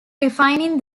refining